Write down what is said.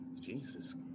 Jesus